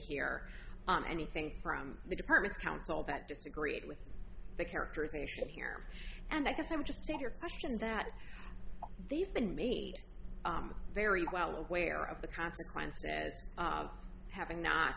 hear anything from the department's counsel that disagreed with the characterization here and i guess i'm just saying your question that they've been made very well aware of the consequences of having not